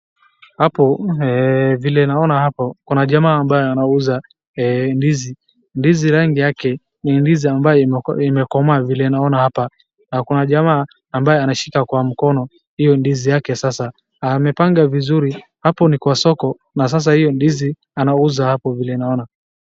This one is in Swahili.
Hapo vile naona hapo kuna jamaa ambaye anauza ndizi, ndizi rangi yake ni ndizi ambayo imekomaa vile naona hapa na kuna jamaa ambaye anashika kwa mkono hiyo ndizi yake sasa, amepanga vizuri, hapo ni kwa soko. Na sasa hiyo ndizi anauza hapo vile naona.